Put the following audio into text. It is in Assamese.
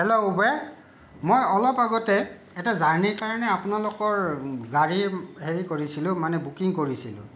হেল্ল' উবেৰ মই অলপ আগতে এটা জাৰ্ণিৰ কাৰণে আপোনালোকৰ গাড়ীৰ হেৰি কৰিছিলোঁ মানে বুকিং কৰিছিলোঁ